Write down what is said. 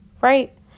Right